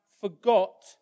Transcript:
forgot